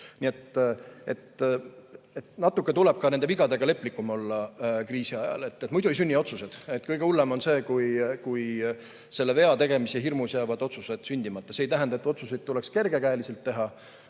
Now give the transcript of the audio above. Nii et natuke tuleb ka nende vigadega leplikum olla kriisi ajal. Muidu ei sünni otsused. Kõige hullem on see, kui vea tegemise hirmus jäävad otsused sündimata. See ei tähenda, et otsuseid tuleks kergekäeliselt teha.